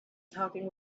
talking